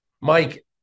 Mike